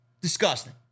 Disgusting